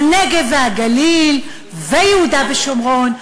הנגב והגליל ויהודה ושומרון,